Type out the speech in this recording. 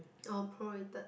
oh prorated